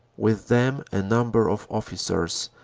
with them a number of officers,